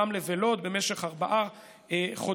רמלה ולוד במשך ארבעה חודשים,